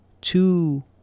Two